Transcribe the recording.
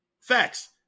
Facts